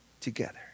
Together